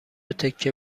تکه